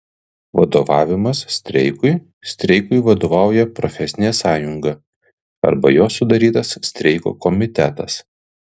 vadovavimas streikui streikui vadovauja profesinė sąjunga arba jos sudarytas streiko komitetas